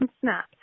snap